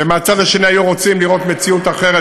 ומהצד האחר היו רוצים לראות מציאות אחרת,